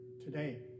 today